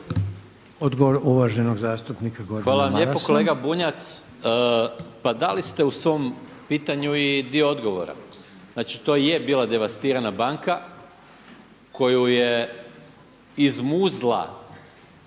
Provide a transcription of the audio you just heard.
Odgovor uvaženog zastupnika Gordana Marasa. **Maras, Gordan (SDP)** Hvala lijepa. Kolega Bunjac, pa dali ste u svom pitanju i dio odgovora. Znači to je bila devastirana banka koju je izmuzla